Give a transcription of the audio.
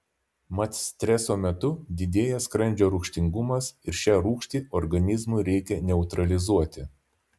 mat streso metu didėja skrandžio rūgštingumas ir šią rūgštį organizmui reikia neutralizuoti